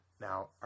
Now